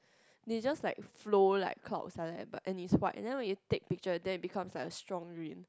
they just like flow like clouds like that but and it's white and then when you take picture then it become like a strong green